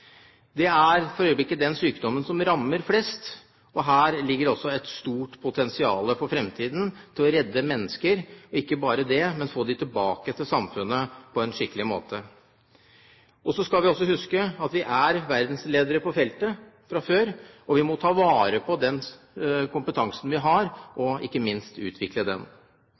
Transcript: Det er for øyeblikket den sykdommen som rammer flest, og her ligger det også et stort potensial for fremtiden til å redde mennesker, og ikke bare det, men få dem tilbake til samfunnet på en skikkelig måte. Så skal vi også huske at vi er verdensledende på feltet fra før av, og vi må ta vare på den kompetansen vi har, og ikke minst utvikle den.